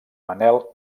manel